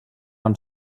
han